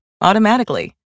automatically